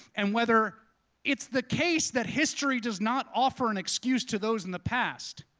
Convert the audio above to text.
and whether it's the case that history does not offer an excuse to those in the past.